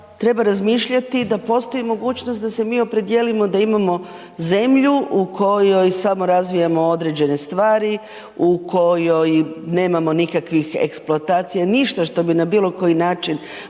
treba razmišljati da postoji mogućnost da se mi opredijelimo da imamo mi zemlju u kojoj samo razvijamo određene stvari, u kojoj nemamo nikakvih eksploatacija, ništa što bi na bilokoji način